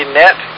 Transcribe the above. net